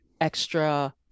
extra